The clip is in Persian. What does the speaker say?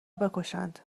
بکشند